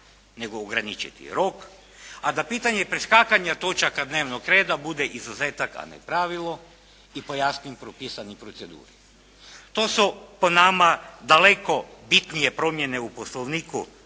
nego ograničiti rok. A da pitanje preskakanja točaka dnevnog reda bude izuzetak a ne pravilo i po jasno propisanoj proceduri. To su po nama daleko bitnije promjene u Poslovniku